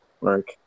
work